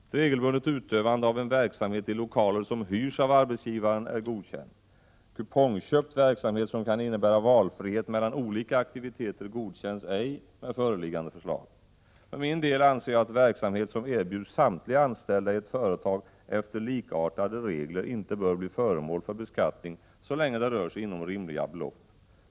Ett regelbundet utövande av en verksamhet i lokaler som hyrs av arbetsgivaren är godkänt. Kupongköpt verksamhet som kan innebära valfrihet mellan olika aktiviteter godkänns ej med föreliggande förslag. För min del anser jag att verksamhet som erbjuds samtliga anställda i ett företag efter likartade regler inte bör bli föremål för beskattning så länge kostnaden rör sig om rimliga belopp.